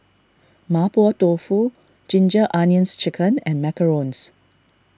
Mapo Tofu Ginger Onions Chicken and Macarons